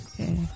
okay